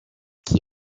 qui